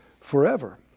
forever